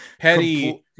petty